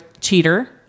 cheater